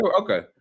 okay